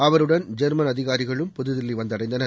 அவருடன் ஜெர்மன் அதிகாரிகளும் புதுதில்லி வந்தடைந்தனர்